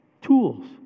tools